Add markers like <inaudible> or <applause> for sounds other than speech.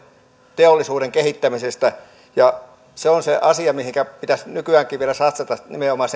teollisuuden kehittämisestä se on se asia mihinkä pitäisi nykyäänkin vielä satsata nimenomaan <unintelligible>